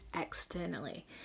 externally